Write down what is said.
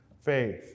faith